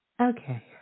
Okay